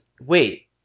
wait